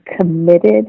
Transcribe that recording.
committed